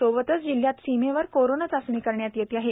सोबतच जिल्ह्याच्या सीमेवर कोरोना चाचणी करण्यात येतं आहे